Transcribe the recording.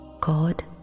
God